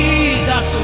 Jesus